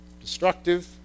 destructive